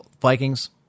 vikings